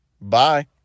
Bye